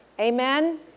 Amen